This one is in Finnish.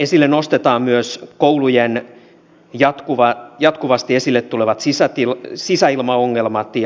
esille nostetaan myös koulujen jatkuvasti esille tulevat sisäilmaongelmat